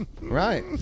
Right